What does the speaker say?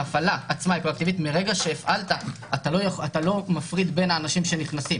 מרגע שהפעלת, אתה לא מפריד בין האנשים שנכנסים.